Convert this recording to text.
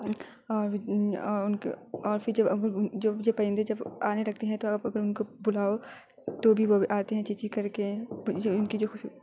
اور اور ان کے اور پھر جب جو جو پرندے جب آنے لگتے ہیں تو آپ اگر ان کو بلاؤ تو بھی وہ آتے ہیں چی چی کر کے جو ان کی جو